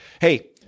Hey